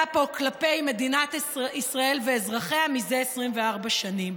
פה כלפי מדינת ישראל ואזרחיה מזה 24 שנים.